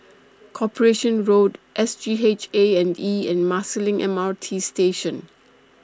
Corporation Road S G H A and E and Marsiling M R T Station